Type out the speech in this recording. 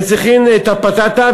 הם צריכים את הבטטה,